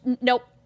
Nope